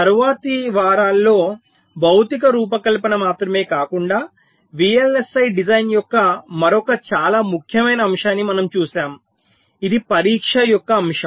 తరువాతి వారాల్లో భౌతిక రూపకల్పన మాత్రమే కాకుండా VLSI డిజైన్ యొక్క మరొక చాలా ముఖ్యమైన అంశాన్ని మనము చూశాము ఇది పరీక్ష యొక్క అంశం